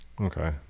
Okay